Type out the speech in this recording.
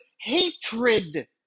hatred